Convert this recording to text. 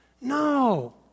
No